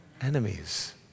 enemies